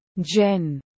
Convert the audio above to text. Jen